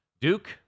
Duke